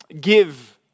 Give